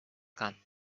gone